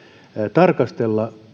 tarkastella